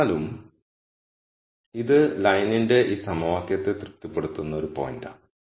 എന്നിരുന്നാലും ഇത് ലൈനിന്റെ ഈ സമവാക്യത്തെ തൃപ്തിപ്പെടുത്തുന്ന ഒരു പോയിന്റാണ്